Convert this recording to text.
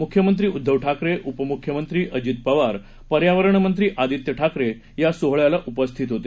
मुख्यमंत्री उद्दव ठाकरे उपमुख्यमंत्री अजित पवार पर्यावरण मंत्री आदित्य ठाकरे या सोहळ्याला उपस्थित होते